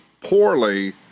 poorly